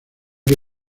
que